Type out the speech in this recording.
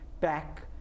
back